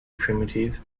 primitive